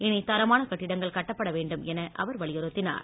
இனி தரமான கட்டிடங்கள் கட்டப்பட வேண்டும் என அவர் வலியுறுத்தினார்